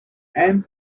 and